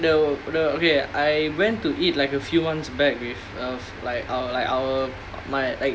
recently the the okay I went to eat like a few months back with uh like our like our my like